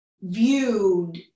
viewed